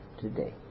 today